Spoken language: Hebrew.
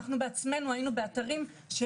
היינו באתרים בעצמנו,